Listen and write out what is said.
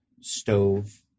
stove